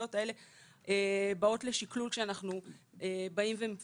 הסוגיות האלה באו לשקלול עת אנחנו מקדמים